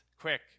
quick